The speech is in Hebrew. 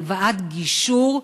הלוואת גישור,